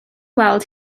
weld